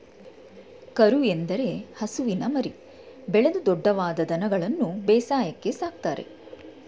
ಕರು ಎಂದರೆ ಹಸುವಿನ ಮರಿ, ಬೆಳೆದು ದೊಡ್ದವಾದ ದನಗಳನ್ಗನು ಬೇಸಾಯಕ್ಕೆ ಸಾಕ್ತರೆ